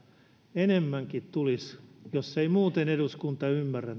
enemmänkin tulisi kansalaisaloitteiden kautta jos ei muuten eduskunta ymmärrä